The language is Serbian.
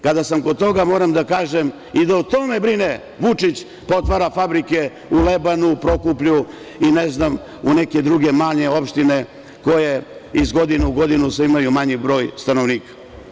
Kada sam kod toga, moram da kažem da i o tome brine Vučić, pa otvara fabrike u Lebanku, Prokuplju i u neke druge manje opštine koje iz godine u godinu imaju sve manji broj stanovnika.